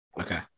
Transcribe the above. Okay